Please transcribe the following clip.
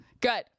Good